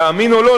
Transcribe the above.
תאמין או לא,